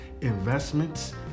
investments